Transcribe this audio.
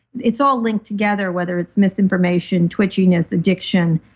it's all linked together whether it's misinformation twitchiness, addiction,